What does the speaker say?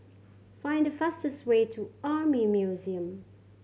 find the fastest way to Army Museum